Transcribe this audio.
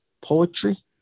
poetry